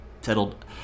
settled